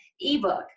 ebook